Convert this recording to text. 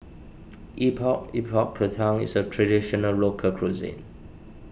Epok Epok Kentang is a Traditional Local Cuisine